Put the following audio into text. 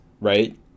right